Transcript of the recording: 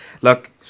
Look